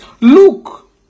Look